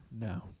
No